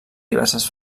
diverses